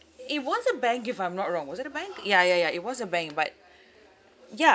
it was a bank if I'm not wrong was it a bank ya ya ya it was a bank but ya